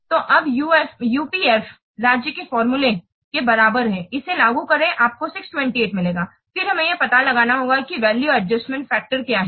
तो अब यूपीएफ राज्य के फार्मूलेके बराबर है इसे लागू करें आपको 628 मिलेगा फिर हमें यह पता लगाना होगा कि वैल्यू एडजस्टमेंट फैक्टर क्या है